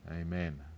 Amen